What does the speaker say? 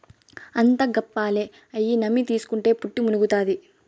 అంతా గప్పాలే, అయ్యి నమ్మి తీస్కుంటే పుట్టి మునుగుతాది